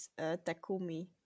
takumi